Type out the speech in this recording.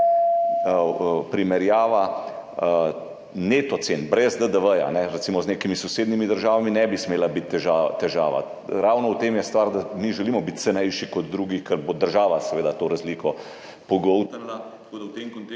primerjava neto cen brez DDV, recimo z nekimi sosednjimi državami, ne bi smela biti težava. Ravno v tem je stvar, da želimo biti cenejši kot drugi, ker bo država seveda pogoltnila